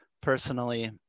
personally